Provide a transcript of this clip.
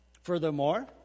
Furthermore